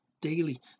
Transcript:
daily